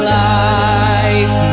life